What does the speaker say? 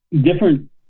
Different